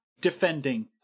defending